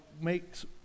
makes